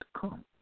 come